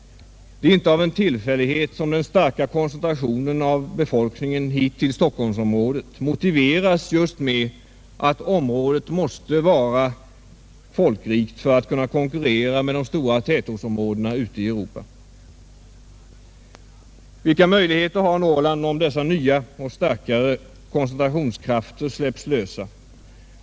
Det är inte av en tillfällighet som den starka koncentrationen av befolkningen hit till Stockholmsområdet motiveras just med att området måste vara folkrikt för att kunna konkurrera med de stora tätortsområdena i Europa. Vilka möjligheter har Norrland om dessa nya och starkare koncentrationskrafter släpps lösa?